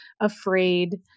afraid